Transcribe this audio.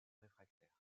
réfractaires